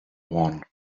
one